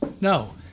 No